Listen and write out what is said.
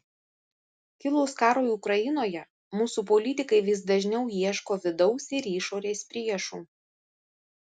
kilus karui ukrainoje mūsų politikai vis dažniau ieško vidaus ir išorės priešų